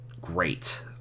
great